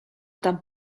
tam